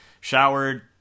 Showered